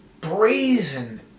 brazen